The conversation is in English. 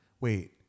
wait